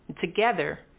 Together